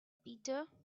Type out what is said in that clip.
peter